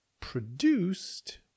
produced